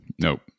Nope